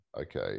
okay